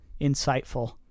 insightful